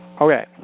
Okay